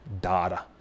data